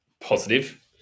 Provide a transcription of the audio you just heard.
positive